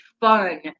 fun